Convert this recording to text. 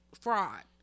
fraud